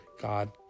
God